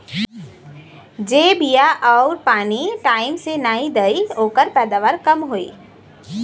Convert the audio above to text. जे बिया आउर पानी टाइम से नाई देई ओकर पैदावार कम होई